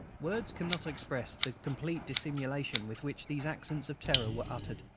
words cannot express the complete dissimulation with which these accents of terror were uttered,